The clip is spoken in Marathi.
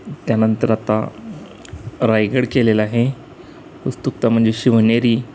त्यानंतर आता रायगड केलेलं आहे उत्सुकता म्हणजे शिवनेरी